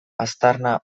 aztarna